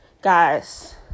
guys